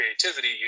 creativity